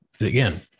again